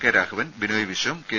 K Raghavan Binoy Viswam K